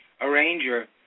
arranger